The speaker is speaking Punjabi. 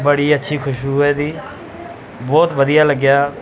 ਬੜੀ ਅੱਛੀ ਖੁਸ਼ਬੂ ਹੈ ਇਹਦੀ ਬਹੁਤ ਵਧੀਆ ਲੱਗਿਆ